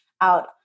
out